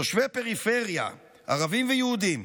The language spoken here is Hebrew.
תושבי פריפריה, ערבים ויהודים,